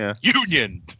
Union